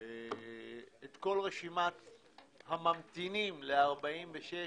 את כל רשימת הממתינים ל-46,